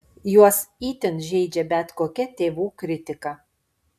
juos itin žeidžia bet kokia tėvų kritika